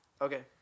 Okay